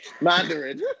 Mandarin